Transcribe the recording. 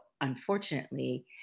unfortunately